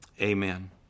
Amen